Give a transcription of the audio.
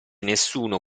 nessuno